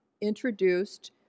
introduced